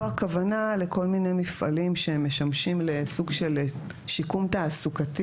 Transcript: כאן הכוונה לכל מיני מפעלים שמשמשים לסוג של שיקום תעסוקתי